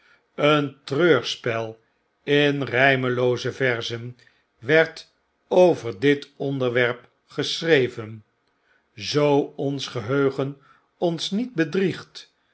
een treurspel in rymelooze verzen werd over dit onderwerp geschreven zoo ons geheugen ons niet bedriegt